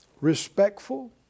respectful